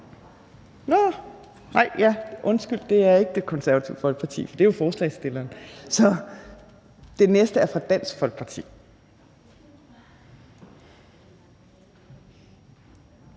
Folkeparti. Undskyld, det er ikke Det Konservative Folkepartis ordfører, for det er jo forslagsstillerne. Så den næste er fra Dansk Folkeparti.